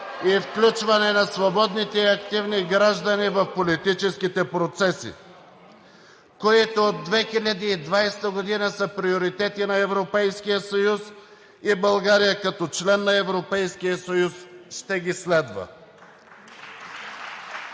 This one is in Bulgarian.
и включване на свободните и активни граждани в политическите процеси, които от 2020 г. са приоритети на Европейския съюз, и България като член на Европейския съюз ще ги следва.